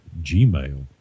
gmail